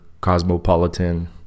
cosmopolitan